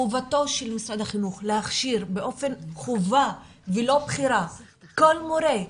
חובתו של משרד החינוך להכשיר באופן חובה ולא בחירה כל מורה,